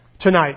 tonight